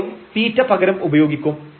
ഇവിടെയും θ പകരം ഉപയോഗിക്കും